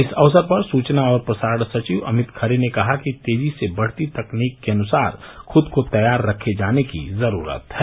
इस अवसर पर सूचना और प्रसारण सचिव अमित खरे ने कहा कि तेजी से बढ़ती तकनीक के अनुसार खुद को तैयार रखे जाने की जरूरत है